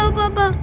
papa.